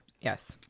yes